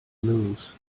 lose